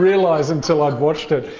realise until i'd watched it.